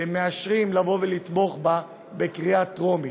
ומאשרים לתמוך בה בקריאה טרומית.